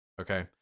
Okay